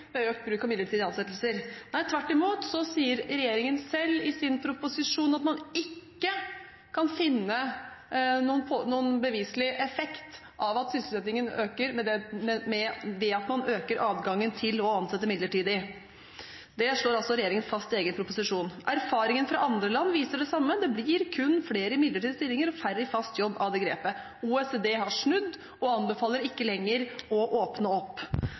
ved økt bruk av midlertidige ansettelser. Tvert imot sier regjeringen selv i sin proposisjon at man ikke kan finne noen beviselig effekt med hensyn til at sysselsettingen øker ved at man øker adgangen til å ansette midlertidig. Det slår altså regjeringen fast i egen proposisjon. Erfaringen fra andre land viser det samme: Det blir kun flere i midlertidige stillinger og færre i fast jobb av det grepet. OECD har snudd og anbefaler ikke lenger å åpne opp,